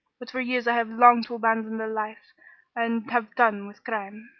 but for years i have longed to abandon the life and have done with crime.